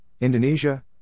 Indonesia